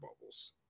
bubbles